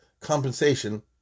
compensation